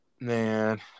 man